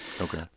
Okay